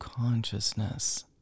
consciousness